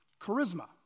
Charisma